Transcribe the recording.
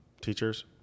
teachers